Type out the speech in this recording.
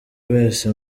wese